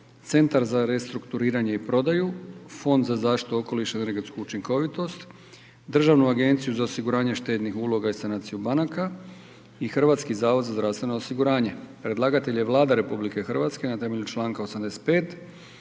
Centar za restrukturiranje i prodaju - Fond za zaštitu okoliša i energetsku učinkovitost - Državnu agenciju za osiguranje štednih uloga i sanaciju banaka - Hrvatski zavod za zdravstveno osiguranje 1. Konačni prijedlog zakona o izmjenama i